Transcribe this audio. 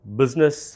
business